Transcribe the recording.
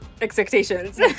Expectations